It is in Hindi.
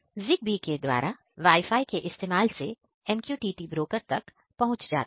ZigBee के द्वारा WIFI के इस्तेमाल से MQTT ब्रोकर तक पहुंच जाता है